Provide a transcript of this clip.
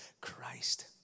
Christ